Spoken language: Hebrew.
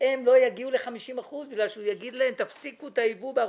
לא יגיעו ל-50% בגלל שהוא יגיד להם שיפסיקו את היבוא ב-49%.